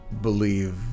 believe